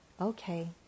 Okay